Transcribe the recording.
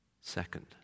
second